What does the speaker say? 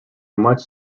much